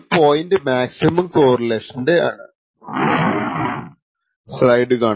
ഈ point maximum കോറിലേഷൻറെ ആണ്